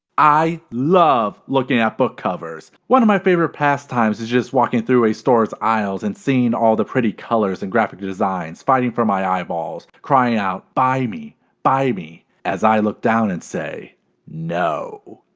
i love looking at book covers. one of my favorite past times is just walking through a store's aisles and seeing all the pretty colors and graphic designs fighting for my eyeballs, crying out buy me buy me, as i look down and say no.